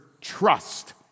trust